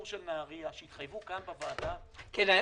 של נהריה שהתחייבו כאן בוועדה: עוד שנה --- כן.